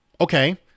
Okay